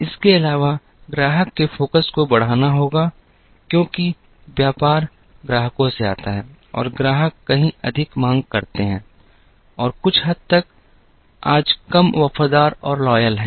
इसके अलावा ग्राहक के फोकस को बढ़ाना होगा क्योंकि व्यापार ग्राहकों से आता है और ग्राहक कहीं अधिक मांग करते हैं और कुछ हद तक आज कम वफादार है